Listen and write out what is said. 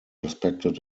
respected